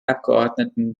abgeordneten